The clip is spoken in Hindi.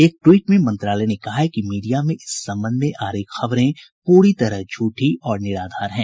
एक ट्वीट में मंत्रालय ने कहा है कि मीडिया में इस संबंध में आ रही खबरें पूरी तरह झूठी और निराधार हैं